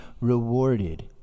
rewarded